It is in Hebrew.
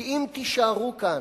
כי אם תישארו כאן,